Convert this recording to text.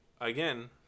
again